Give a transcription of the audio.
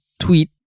tweet